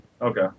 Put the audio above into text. Okay